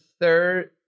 third